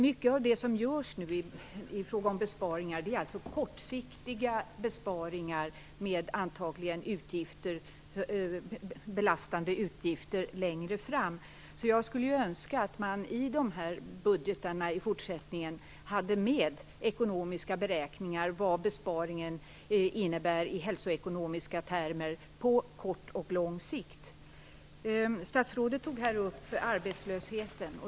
Mycket av det som görs i fråga om besparingar är kortsiktigt med antagligen belastande utgifter längre fram. Jag skulle önska att man i dessa budgetar i fortsättningen hade med ekonomiska beräkningar av vad besparingen innebär i hälsoekonomiska termer på kort och lång sikt. Statsrådet tog upp arbetslösheten.